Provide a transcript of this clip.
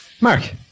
Mark